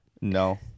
No